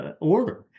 order